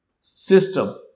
system